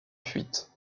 fuite